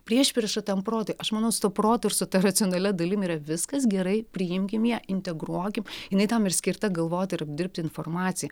priešprieša tam protui aš manau su tuo protu ir su ta racionalia dalim yra viskas gerai priimkim ją integruokim jinai tam ir skirta galvot ir apdirbt informaciją